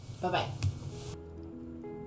Bye-bye